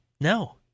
No